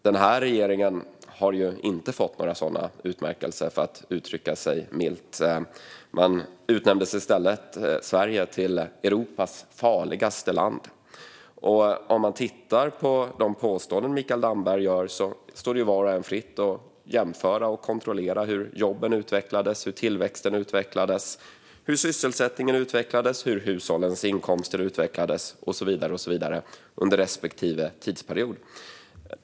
Den här regeringen har ju inte fått några sådana utmärkelser, för att uttrycka det milt. Sverige utnämndes i stället till Europas farligaste land. Det står var och en fritt att titta på de påståenden som Mikael Damberg gör och jämföra och kontrollera hur jobben, tillväxten, sysselsättningen, hushållens inkomster och så vidare utvecklades under respektive tidsperiod.